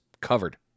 Covered